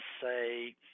say